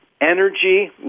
energy